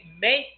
make